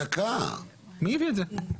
מי הביא את זה?